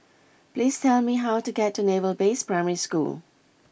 please tell me how to get to Naval Base Primary School